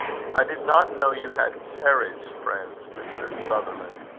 i did not know you had carriage-friends, mr. sutherland,